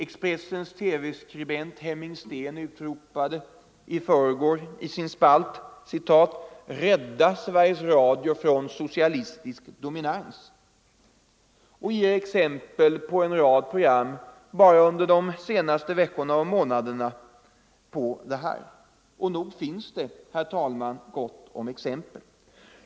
Expressens TV skribent Hemming Sten utropade i förrgår i sin spalt: ”Rädda Sveriges Radio från en socialistisk dominans” och ger exempel på en rad program under de senaste veckorna och månaderna på detta. Och nog finns det gott om exempel.